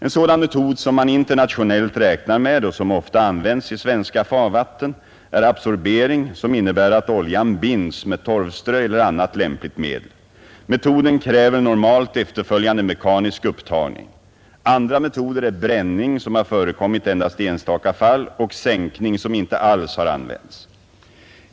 En sådan metod, som man internationellt räknar med och som ofta används i svenska farvatten, är absorbering som innebär att oljan binds med torvströ eller annat lämpligt medel. Metoden kräver normalt efterföljande mekanisk upptagning. Andra metoder är bränning, som har förekommit endast i enstaka fall, och sänkning som inte alls har använts.